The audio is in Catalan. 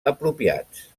apropiats